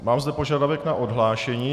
Mám zde požadavek na odhlášení.